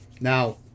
Now